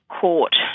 court